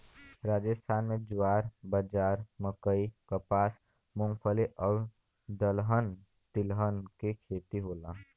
राजस्थान में ज्वार, बाजरा, मकई, कपास, मूंगफली आउर दलहन तिलहन के खेती होला